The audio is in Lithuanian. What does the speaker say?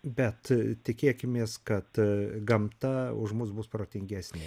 bet tikėkimės kad gamta už mus bus protingesnė